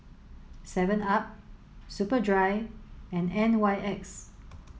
seven up Superdry and N Y X